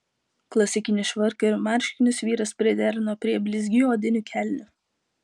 klasikinį švarką ir marškinius vyras priderino prie blizgių odinių kelnių